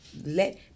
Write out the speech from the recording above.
let